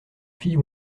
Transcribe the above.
fille